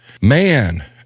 man